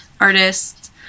artists